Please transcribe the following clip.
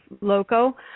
loco